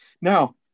Now